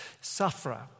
Sufferer